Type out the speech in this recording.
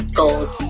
gold